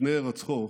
לפני הירצחו,